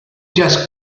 just